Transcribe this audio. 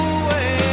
away